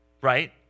Right